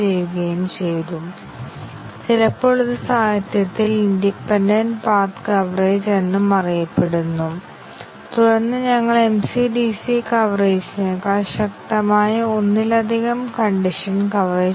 അതിനാൽ ശരി എന്ന് വിലയിരുത്തുമ്പോൾ തന്നെ എക്സ്പ്രഷൻ ശരിയാണെന്ന് വിലയിരുത്തുന്നു അത് കൺട്രോൾ 1 മുതൽ 2 2 വരെ വരുന്നു 3 ലേക്ക് എന്നാൽ ഇവിടെ നിരീക്ഷിക്കേണ്ട പ്രധാന കാര്യം 3 മുതൽ കൺട്രോൾ 4 ന് ശേഷം 3 ന് ശേഷം ലൂപ്പ് എക്സ്പ്രഷൻ വിലയിരുത്തപ്പെടുന്നു എന്നതാണ്